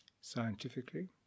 scientifically